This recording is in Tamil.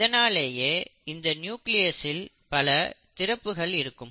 இதனாலேயே இந்த நியூக்ளியஸில் பல திறப்புகள் இருக்கும்